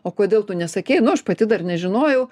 o kodėl tu nesakei nu aš pati dar nežinojau